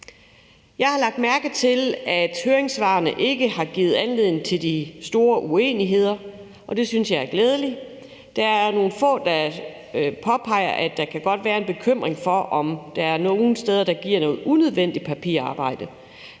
Jeg har lagt mærke til, at høringssvarene ikke har givet anledning til de store uenigheder, og det synes jeg er glædeligt. Der er nogle få, der påpeger, at der godt kan være en bekymring for, om der er nogle steder, der giver noget unødvendigt papirarbejde.